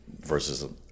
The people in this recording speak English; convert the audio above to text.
versus